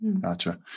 Gotcha